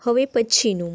હવે પછીનું